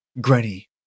Granny